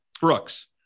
Brooks